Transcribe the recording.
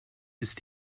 ist